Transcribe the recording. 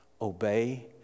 Obey